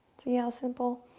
see how simple.